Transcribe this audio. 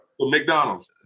McDonald's